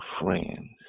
friends